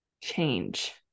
change